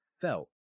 felt